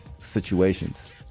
situations